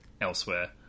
elsewhere